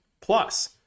plus